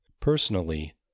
Personally